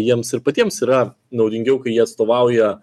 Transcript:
jiems ir patiems yra naudingiau kai jie atstovauja